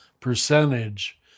percentage